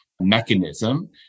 mechanism